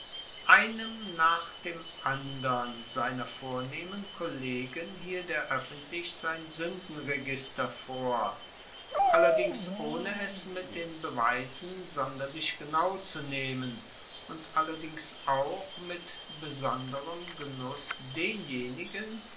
einem nach dem andern seiner vornehmen kollegen hielt er oeffentlich sein suendenregister vor allerdings ohne es mit den beweisen sonderlich genau zu nehmen und allerdings auch mit besonderem genuss denjenigen